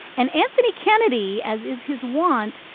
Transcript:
and anthony kennedy, as is his want,